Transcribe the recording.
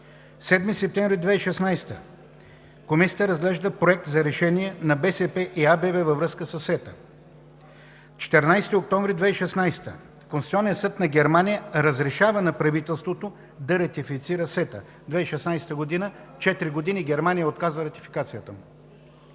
7 септември 2016 г. Комисията разглежда Проект за решение на БСП и АБВ във връзка със СЕТА. На 14 октомври 2016 г. Конституционният съд на Германия разрешава на правителството да ратифицира СЕТА – 2016 г. – четири години Германия отказва ратификацията му.